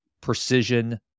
precision